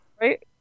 right